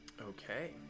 Okay